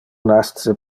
nasce